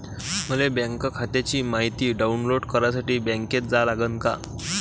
मले बँक खात्याची मायती डाऊनलोड करासाठी बँकेत जा लागन का?